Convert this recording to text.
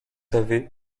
avez